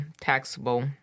taxable